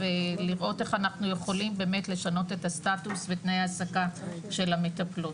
ולראות איך אנחנו יכולים באמת לשנות את הסטטוס ותנאי ההעסקה של המטפלות,